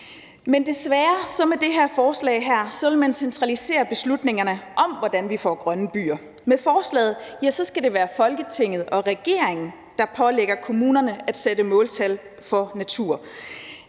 med det her forslag centralisere beslutningerne om, hvordan vi får grønne byer. Med forslaget skal det være Folketinget og regeringen, der pålægger kommunerne at sætte måltal for natur,